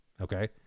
okay